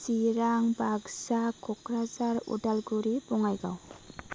Chirang Baksa Kokrajhar Udalguri Bongaigaon